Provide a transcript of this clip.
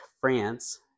France